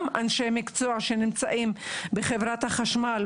גם אנשי מקצוע שנמצאים בחברת החשמל,